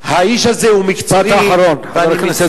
האיש הזה הוא מקצועי, משפט אחרון, חבר הכנסת זאב.